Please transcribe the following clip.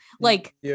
Like-